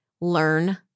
learn